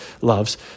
loves